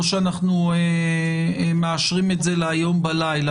או שאנחנו מאשרים את זה ללילה,